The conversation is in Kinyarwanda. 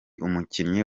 umukinnyi